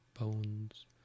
bones